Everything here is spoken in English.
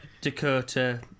Dakota